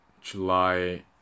July